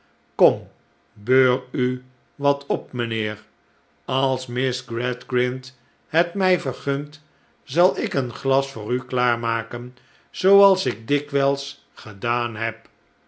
kom beur u wat op mijnheer als miss gradgrind het mij vergunt zal ik een glas voor u klaarmaken zooals ik dikwijls gedaan heb